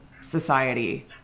society